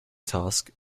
task